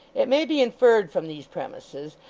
it may be inferred from these premises,